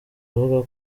avuga